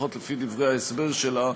לפחות לפי דברי ההסבר שלה,